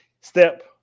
step